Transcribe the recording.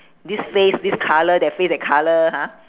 this face this colour that face that face colour !huh!